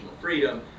freedom